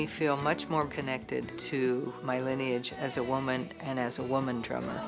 me feel much more connected to my lineage as a woman and as a woman trauma